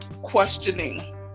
questioning